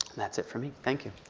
that's it for me, thank you.